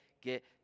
get